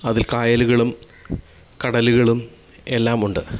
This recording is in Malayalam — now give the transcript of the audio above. അതിൽ കായലുകളും കടലുകളും എല്ലാമുണ്ട്